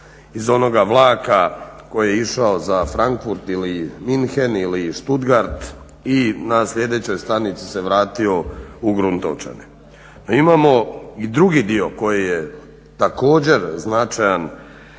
iz onoga vlaka koji je išao za Frankfurt ili München ili Stuttgart i na sljedećoj stanici se vratio u Gruntovčane. No imamo i drugi dio koji je također značajan